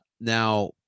Now